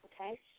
Okay